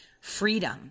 freedom